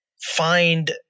find